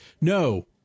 No